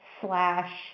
slash